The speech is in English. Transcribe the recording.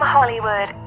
Hollywood